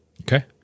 Okay